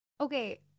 okay